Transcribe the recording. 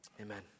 Amen